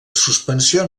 suspensió